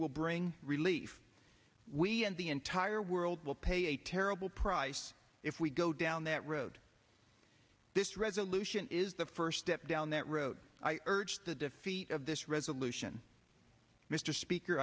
will bring relief we and the entire world will pay a terrible price if we go down that road this resolution is the first step down that road i urge the defeat of this resolution mr speaker